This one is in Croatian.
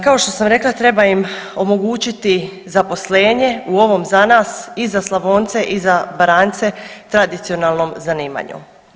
Kao što sam rekla treba im omogućiti zaposlenje u ovom za nas i za Slavonce i za Baranjce tradicionalnom zanimanju.